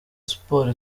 siporo